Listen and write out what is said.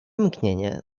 mgnienie